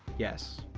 yes,